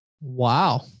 Wow